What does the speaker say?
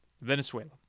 Venezuela